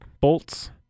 bolts